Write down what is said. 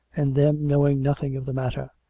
and them knowing nothing of the matter.